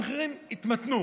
המחירים יתמתנו,